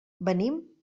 venim